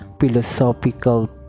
philosophical